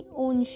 own